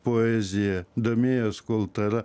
poezija domėjos kultūra